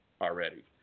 already